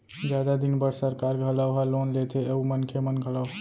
जादा दिन बर सरकार घलौ ह लोन लेथे अउ मनखे मन घलौ